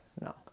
no